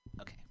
Okay